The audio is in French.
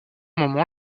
moment